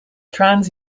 trans